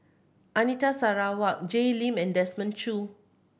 Anita Sarawak Jay Lim and Desmond Choo